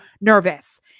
nervous